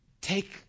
take